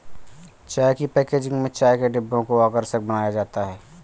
चाय की पैकेजिंग में चाय के डिब्बों को आकर्षक बनाया जाता है